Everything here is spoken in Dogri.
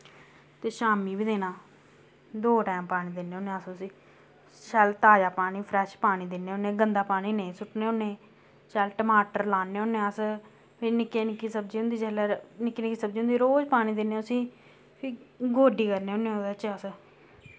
ते शाम्मी वि देना दो टैम पानी दिन्ने होने अस उस्सी शैल ताजा पानी फ्रैश पानी दिन्ने होने गंदा पानी नेईं सुटने होने शैल टमाटर लाने होने अस फ्ही निक्के निक्की सब्जी होंदी जिसलै निक्की निक्की सब्जी होंदी रोज पानी दिन्ने उस्सी फ्ही गोड्डी करने होने उ'दे च अस